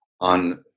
on